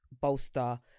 bolster